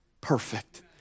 perfect